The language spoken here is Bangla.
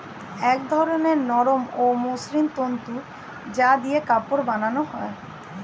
এক ধরনের নরম ও মসৃণ তন্তু যা দিয়ে কাপড় বানানো হয়